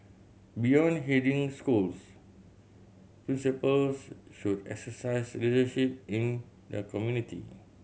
beyond heading schools principals should exercise leadership in the community